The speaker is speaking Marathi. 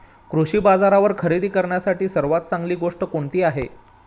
कृषी बाजारावर खरेदी करण्यासाठी सर्वात चांगली गोष्ट कोणती आहे?